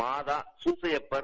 மாதா சூசையப்பர்